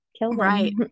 right